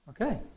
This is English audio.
Okay